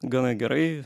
gana gerai